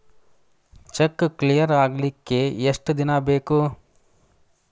Check clear ಆಗಲಿಕ್ಕೆ ಎಷ್ಟ ದಿನ ಬೇಕು?